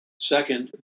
second